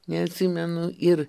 neatsimenu ir